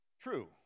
True